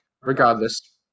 regardless